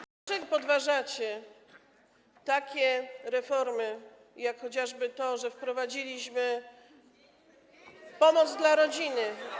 Dlaczego podważacie takie reformy jak chociażby to, że wprowadziliśmy pomoc dla rodziny.